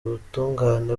ubutungane